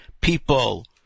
people